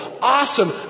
awesome